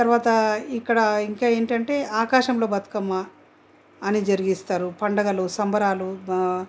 తర్వాత ఇక్కడ ఇంకా ఏంటంటే ఆకాశంలో బతుకమ్మ అనే జరిపిస్తారు పండగలు సంబరాలు